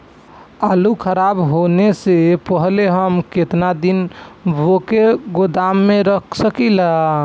आलूखराब होने से पहले हम केतना दिन वोके गोदाम में रख सकिला?